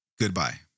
goodbye